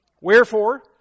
Wherefore